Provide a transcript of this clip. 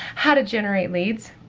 how to generate leads,